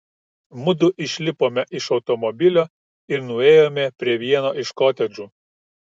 mudu išlipome iš automobilio ir nuėjome prie vieno iš kotedžų